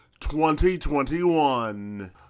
2021